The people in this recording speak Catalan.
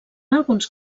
alguns